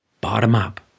Bottom-up